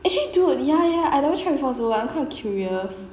actually dude ya ya I never try before also I'm quite curious